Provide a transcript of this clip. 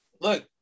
look